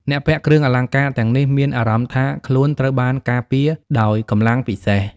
អ្នកពាក់គ្រឿងអលង្ការទាំងនេះមានអារម្មណ៍ថាខ្លួនត្រូវបានការពារដោយកម្លាំងពិសេស។